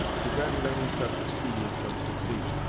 prevented any such expedient from succeeding.